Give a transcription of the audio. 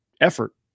effort